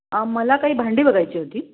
मला काही भांडी बघायची होती